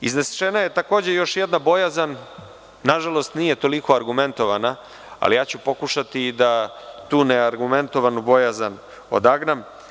Iznešena je takođe jedna bojazan, nažalost nije toliko argumentovana, ali pokušaću da tu neargumentovanu bojazan odagnam.